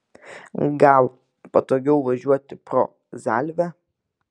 gal patogiau važiuoti pro zalvę